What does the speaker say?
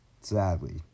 sadly